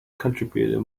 contributed